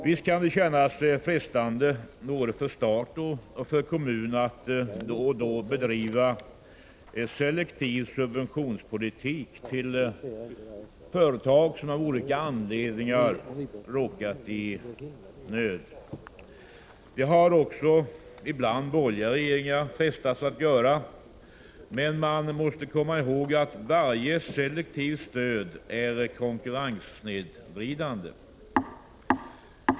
Visst kan det kännas frestande för både stat och kommun att då och då bedriva selektiv subventionspolitik i företag som av olika anledningar råkat i nöd. Det har också ibland borgerliga regeringar frestats att göra, men man måste komma ihåg att varje selektivt stöd är konkurrenssnedvridande.